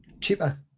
cheaper